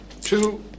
two